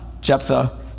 Jephthah